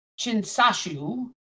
Chinsashu